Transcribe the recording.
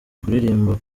kuririmba